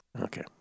Okay